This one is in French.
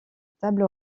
table